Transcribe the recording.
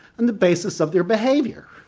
and the basis of their behaviour.